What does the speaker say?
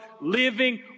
living